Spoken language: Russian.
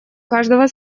каждого